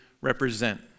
represent